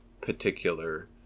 particular